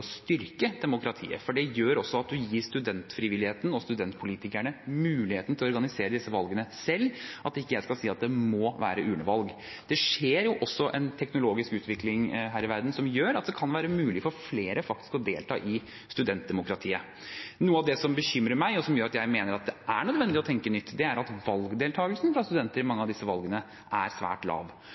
styrke demokratiet – for det gjør at man gir studentfrivilligheten og studentpolitikerne muligheten til å organisere disse valgene selv – at ikke jeg skal si at det må være urnevalg. Det skjer også en teknologisk utvikling her i verden, som gjør at det kan være mulig for flere å delta i studentdemokratiet. Noe av det som bekymrer meg, og som gjør at jeg mener det er nødvendig å tenke nytt, er at valgdeltakelsen blant studentene i mange av disse valgene er svært lav.